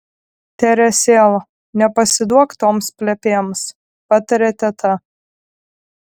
teresėl nepasiduok toms plepėms patarė teta